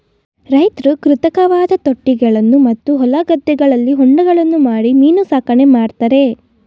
ರೈತ್ರು ಕೃತಕವಾದ ತೊಟ್ಟಿಗಳನ್ನು ಮತ್ತು ಹೊಲ ಗದ್ದೆಗಳಲ್ಲಿ ಹೊಂಡಗಳನ್ನು ಮಾಡಿ ಮೀನು ಸಾಕಣೆ ಮಾಡ್ತರೆ